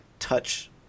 touch